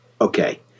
okay